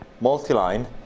multi-line